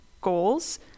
goals